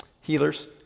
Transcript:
healers